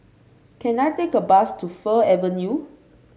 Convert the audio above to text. can I take a bus to Fir Avenue